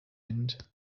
end